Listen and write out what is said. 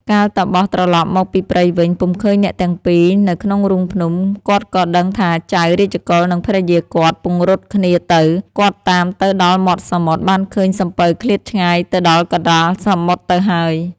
កាលតាបសត្រឡប់មកពីព្រៃវិញ ពុំឃើញអ្នកទាំងពីរនៅក្នុងរូងភ្នំ គាត់ក៏ដឹងថាចៅ រាជកុលនិងភរិយាគាត់ ពង្រត់គ្នាទៅ គាត់តាមទៅដល់មាត់សមុទ្រ បានឃើញសំពៅឃ្លាតឆ្ងាយទៅដល់កណ្តាលសមុទ្រទៅហើយ ។